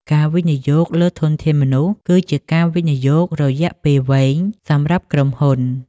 ការវិនិយោគលើធនធានមនុស្សគឺជាការវិនិយោគរយៈពេលវែងសម្រាប់ក្រុមហ៊ុន។